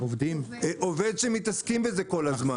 עובד שמתעסק בזה כל הזמן.